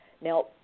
Now